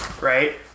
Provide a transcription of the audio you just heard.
right